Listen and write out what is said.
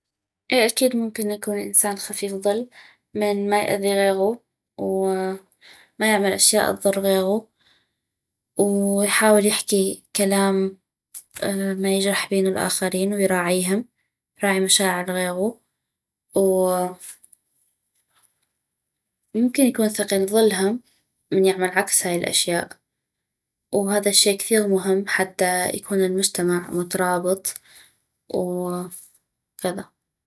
اي اكيد ممكن الانسان يكون خفيف ظل من ما يأذي غيغو وما يعمل اشياء تظر غيغو ويحاول يحكي كلام ما يجرح بينو الاخرين ويراعيهم يراعي مشاعر غيغو ممكن يكون ثقيل ظل هم من يعمل عكس هاي الاشياء وهذا الشي كثيغ مهم حتى يكون المجتمع مترابط وكذا